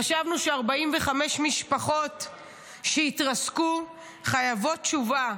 חשבנו ש-45 משפחות שהתרסקו חייבות תשובה.